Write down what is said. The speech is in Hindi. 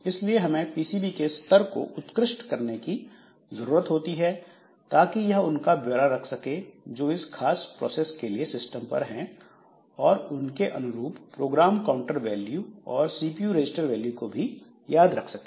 इसलिए हमें पीसीबी के स्तर को उत्कृष्ट करने की जरूरत होती है ताकि यह उनका ब्यौरा रख सके जो इस खास प्रोसेस के लिए सिस्टम पर हैं और उसके अनुरूप प्रोग्राम काउंटर वैल्यू और सीपीयू रजिस्टर वैल्यू को भी याद रख सके